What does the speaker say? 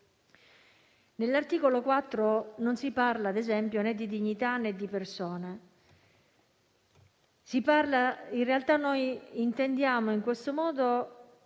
Nell'articolo 4 non si parla, ad esempio, né di dignità né di persone; in realtà, in questo modo